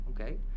okay